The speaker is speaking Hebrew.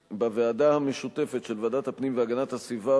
בוועדה המשותפת של ועדת הפנים והגנת הסביבה